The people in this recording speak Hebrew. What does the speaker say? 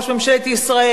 ראש ממשלת ישראל?